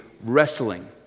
wrestling